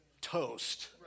toast